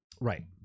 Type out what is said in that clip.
Right